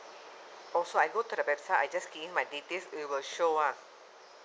oh so I go to the website I just key in my details it will show lah